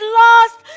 lost